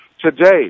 today